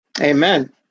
Amen